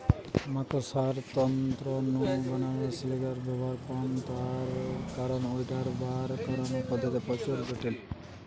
মাকড়সার তন্তু নু বারানা সিল্কের ব্যবহার কম তার কারণ ঐটার বার করানার পদ্ধতি প্রচুর জটিল